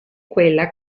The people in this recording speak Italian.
quella